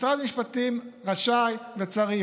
משרד המשפטים רשאי וצריך,